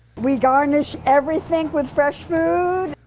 we garnish everything with fresh food.